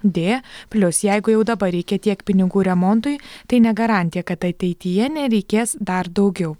d plius jeigu jau dabar reikia tiek pinigų remontui tai ne garantija kad ateityje nereikės dar daugiau